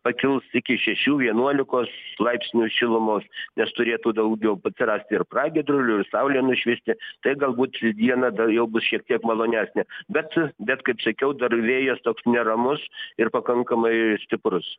pakils iki šešių vienuolikos laipsnių šilumos nes turėtų daugiau atsirasti ir pragiedrulių ir saulė nušvisti tai galbūt ši diena gal jau bus šiek tiek malonesnė bet bet kaip sakiau dar vėjas toks neramus ir pakankamai stiprus